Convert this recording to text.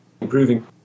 improving